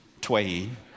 Twain